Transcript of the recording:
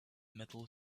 metal